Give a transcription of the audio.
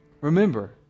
remember